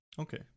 Okay